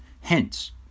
Hence